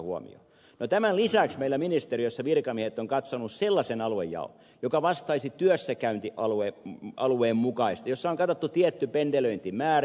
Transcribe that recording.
no tämän lisäksi meillä ministeriössä virkamiehet ovat katsoneet sellaisen aluejaon joka vastaisi työssäkäyntialueen mukaista aluetta jossa on katsottu tietty pendelöintimäärä